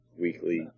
weekly